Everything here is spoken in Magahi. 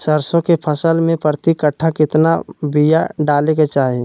सरसों के फसल में प्रति कट्ठा कितना बिया डाले के चाही?